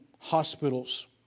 hospitals